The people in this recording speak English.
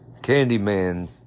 Candyman